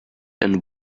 and